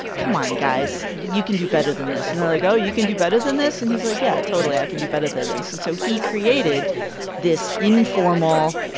come on guys you can do better than this. and really go you can do better than this and he's like yeah totally i can do better than this. and so he created this informal.